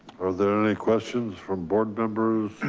are there any questions from board members,